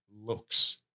looks